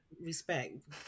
respect